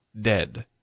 dead